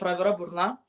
pravira burna